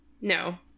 No